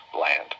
land